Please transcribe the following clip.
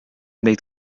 neid